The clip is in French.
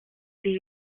une